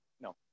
No